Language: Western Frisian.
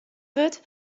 wurdt